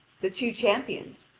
the two champions,